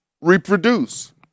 reproduce